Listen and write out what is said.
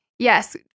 Yes